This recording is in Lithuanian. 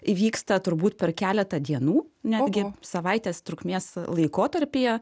įvyksta turbūt per keletą dienų netgi savaitės trukmės laikotarpyje